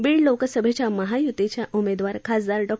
बीड लोकसभेच्या महायुतीच्या उमेदवार खासदार डॉ